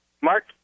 Mark